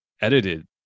edited